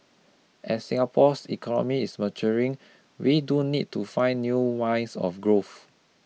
as Singapore's economy is maturing we do need to find new lines of growth